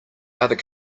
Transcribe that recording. other